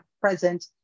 present